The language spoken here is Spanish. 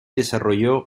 desarrolló